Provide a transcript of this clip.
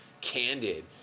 candid